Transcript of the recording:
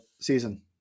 season